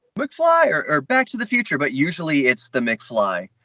mcfly or or back to the future. but usually it's the mcfly.